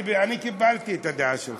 אני קיבלתי את הדעה שלך.